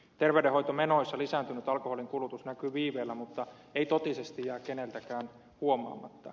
terveydenhoitomenoissa lisääntynyt alkoholin kulutus näkyy viiveellä mutta ei totisesti jää keneltäkään huomaamatta